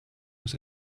muss